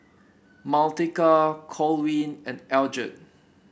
Martika Corwin and Eldred